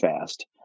fast